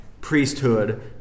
priesthood